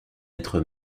être